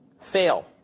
fail